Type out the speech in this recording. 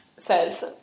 says